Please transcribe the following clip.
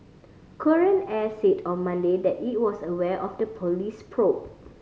Korean Air said on Monday that it was aware of the police probe